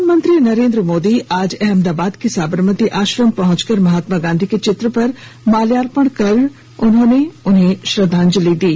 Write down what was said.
प्रधानमंत्री नरेन्द्र मोदी आज अहमदाबाद के साबरमती आश्रम पहुंच कर महात्मा गांधी के चित्र पर माल्यार्पण कर उन्हें श्रद्वांजलि दी